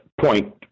point